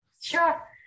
Sure